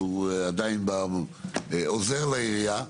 אבל הוא עדיין עוזר לעירייה,